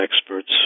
experts